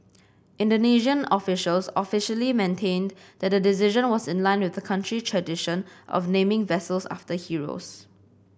Indonesian officials official maintained that the decision was in line with the country's tradition of naming vessels after heroes